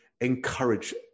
encourage